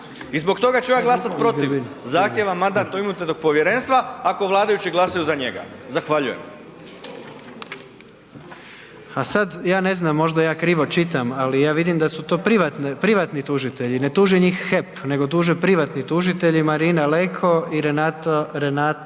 I zbog toga ću ja glasati protiv zahtjeva Mandatno-imunitetnog povjerenstva ako vladajući glasaju za njega. Zahvaljujem. **Jandroković, Gordan (HDZ)** A sada ne znam možda ja krivo čitam, ali ja vidim da su to privatni tužitelji. Ne tuži njih HEP nego tuže privatni tužitelji Marina Leko i Renata Ćurić.